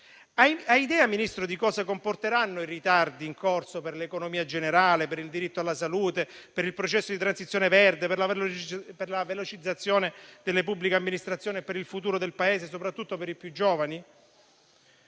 Ha idea, Ministro, di cosa comporteranno i ritardi in corso per l'economia generale, per il diritto alla salute, per il processo di transizione verde, per la velocizzazione delle pubbliche amministrazioni e per il futuro del Paese, soprattutto per i più giovani?